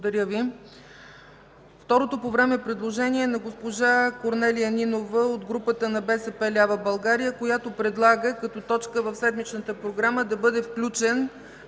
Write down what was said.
не е прието. Второто по време предложение е на госпожа Корнелия Нинова от групата на БСП Лява България, която предлага към точка в седмичната програма да бъде включен